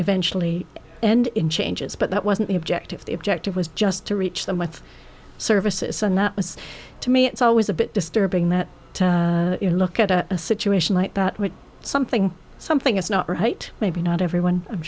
eventually end in changes but that wasn't the objective the objective was just to reach them with services and that was to me it's always a bit disturbing that you look at a situation like that where something something is not right maybe not everyone